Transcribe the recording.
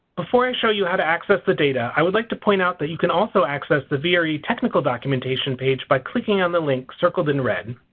before i show you how to access the data i would like to point out that you can also access the vre technical documentation page by clicking on the link circled in red.